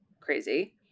Crazy